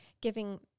giving